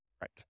right